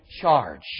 charge